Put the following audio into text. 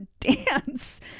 dance